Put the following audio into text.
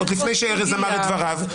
עוד לפני שארז אמר את דבריו,